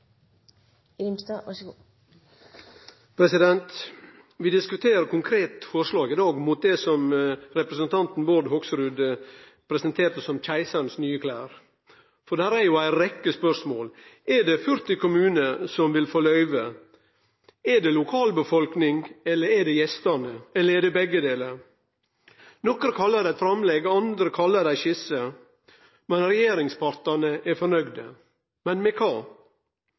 jo ei rekkje spørsmål: Er det 40 kommunar som vil få løyve? Er det lokalbefolkninga, eller er det gjestane, eller er det begge delar? Nokre kallar det eit framlegg, andre kallar det ei skisse. Regjeringspartnarane er fornøgde, men med kva?